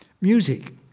Music